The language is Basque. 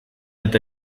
eta